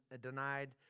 denied